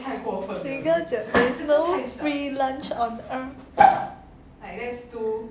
你跟他讲 there's no free lunch on earth